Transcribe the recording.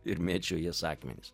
ir mėčiau į jas akmenis